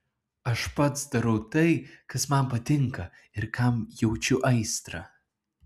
aš pats darau tai kas man patinka ir kam jaučiu aistrą